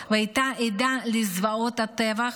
והייתה עדה לזוועות הטבח,